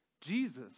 Jesus